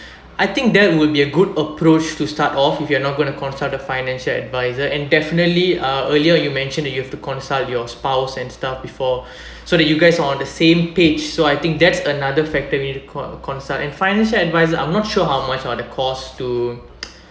I think that would be a good approach to start off if you are not gonna consult a financial adviser and definitely uh earlier you mentioned that you have to consult your spouse and stuff before so that you guys on the same page so I think that's another factor you need to con~ consult and financial advisor I'm not sure how much are the costs to